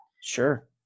Sure